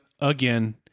again